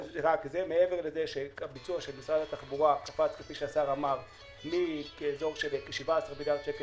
רק הביצוע של משרד התחבורה היה מכ-17 מיליארד שקל